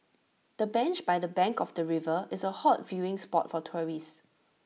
the bench by the bank of the river is A hot viewing spot for tourists